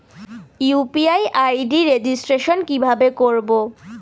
UPI ID registration কিভাবে করব?